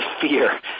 fear